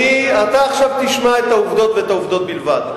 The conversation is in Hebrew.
אתה עכשיו תשמע את העובדות ואת העובדות בלבד,